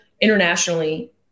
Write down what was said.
internationally